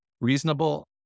Reasonable